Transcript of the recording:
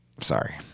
sorry